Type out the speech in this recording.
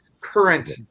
current